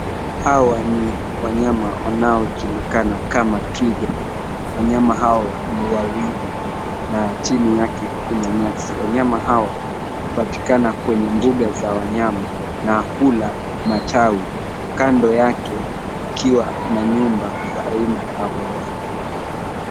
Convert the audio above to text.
Hawa ni wanyama wanaojulikana kama twiga. Wanyama hawa ni wawili na chini yake kuna nyasi. Wanyama hawa hupatikana kwenye mbuga za wanyama na hula matawi kando yake kukiwa na nyumba za aina ya ghorofa.